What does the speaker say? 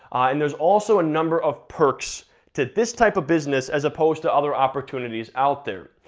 and there's also a number of perks to this type of business as opposed to other opportunities out there.